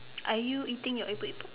are you eating your epok epok